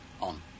On